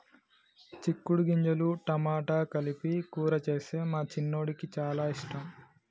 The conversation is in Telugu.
చిక్కుడు గింజలు టమాటా కలిపి కూర చేస్తే మా చిన్నోడికి చాల ఇష్టం